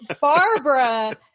Barbara